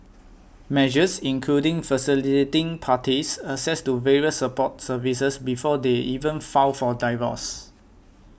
measures including facilitating parties access to various support services before they even file for divorce